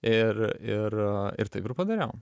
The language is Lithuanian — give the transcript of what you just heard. ir ir ir taip ir padariau